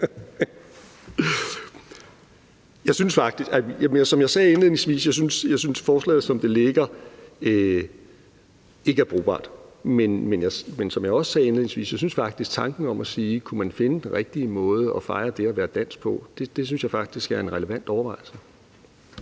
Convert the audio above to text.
synes jeg faktisk, at forslaget, som det ligger, ikke er brugbart. Men som jeg også sagde, synes jeg faktisk, at tanken om at finde den rigtige måde at fejre det at være dansk på, er en relevant overvejelse